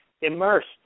immersed